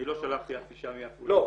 אני לא שלחתי אף אישה מעפולה -- לא,